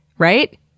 right